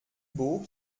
beaux